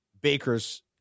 Baker's